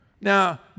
Now